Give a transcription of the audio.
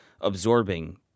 absorbing